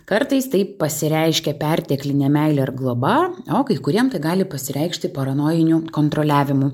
kartais tai pasireiškia pertekline meile ir globa o kai kuriem gali pasireikšti paranojiniu kontroliavimu